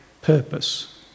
purpose